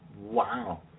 Wow